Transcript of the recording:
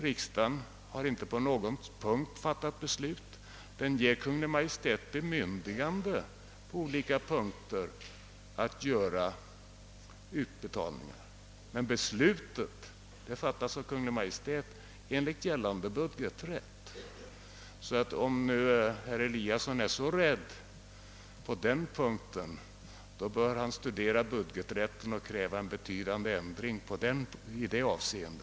Riksdagen har inte på någon punkt fattat beslut. Den ger Kungl. Maj:t bemyndigande på olika punkter att göra utbetalningar, men beslutet fattas av Kungl. Maj:t enligt gällande budgeträtt. Om herr Eliasson är så rädd i detta fall, bör han kräva. en betydande ändring på budgeträttens område.